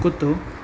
कुतरो